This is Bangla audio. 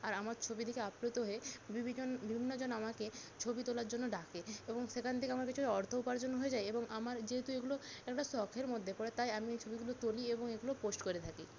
আর আমার ছবি দেখে আপ্লুত হয়ে বিভিন্নজন আমাকে ছবি তোলার জন্য ডাকে এবং সেখান থেকে আমার কিছু অর্থ উপার্জন হয়ে যায় এবং আমার যেহেতু এগুলো একটা শখের মধ্যে পড়ে তাই আমি এই ছবিগুলি তুলি এবং এগুলো পোস্ট করে থাকি